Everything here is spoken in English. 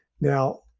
Now